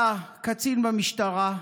היה קצין במשטרה,